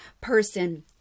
person